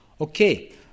Okay